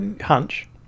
Hunch